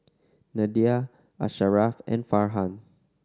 Nadia Asharaff and Farhan